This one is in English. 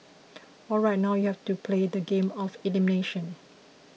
alright now you have to play the game of elimination